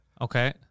Okay